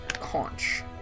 conch